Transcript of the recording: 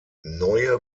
neue